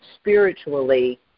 spiritually